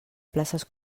places